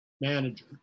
manager